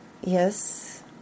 Yes